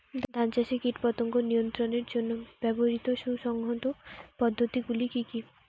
ধান চাষে কীটপতঙ্গ নিয়ন্ত্রণের জন্য ব্যবহৃত সুসংহত পদ্ধতিগুলি কি কি?